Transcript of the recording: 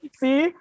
see